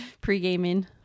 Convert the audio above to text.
pre-gaming